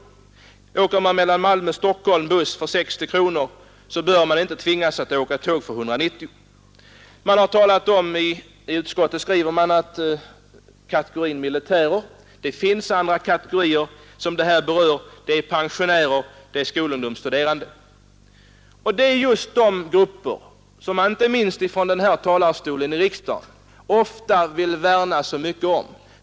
Kan man åka mellan Malmö och Stockholm i buss för 60 kronor, bör man inte tvingas att åka tåg för 190 kronor. Utskottet talar om kategorin militärer. Det finns andra kategorier, som detta berör — pensionärer, skolungdom och studerande. Det är just de grupper som man inte minst från denna talarstol i riksdagen ofta vill måna så mycket om.